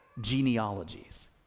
genealogies